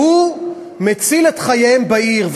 שמציל את חייהם בעיר.